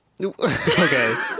Okay